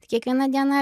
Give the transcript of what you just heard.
kiekviena diena